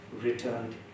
returned